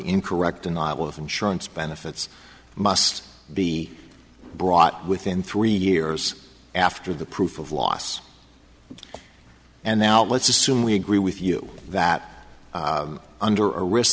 incorrect or not with insurance benefits must be brought within three years after the proof of loss and now let's assume we agree with you that under a risk